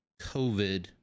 COVID